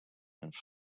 and